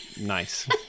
nice